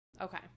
Okay